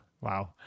Wow